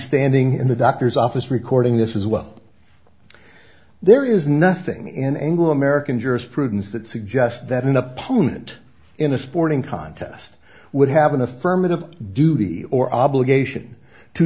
standing in the doctor's office recording this as well there is nothing in anglo american jurisprudence that suggests that an opponent in a sporting contest would have an affirmative duty or obligation to